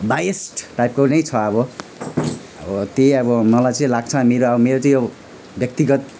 bias टाइपको नै छ अब अब त्यही अब मलाई चाहिँ लाग्छ मेरो अब मेरो चाहिँ यो व्यक्तिगत